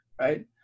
right